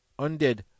undead